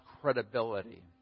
credibility